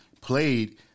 played